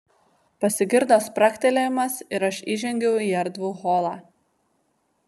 pasigirdo spragtelėjimas ir aš įžengiau į erdvų holą